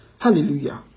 Hallelujah